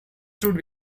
should